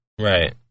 Right